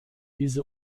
diese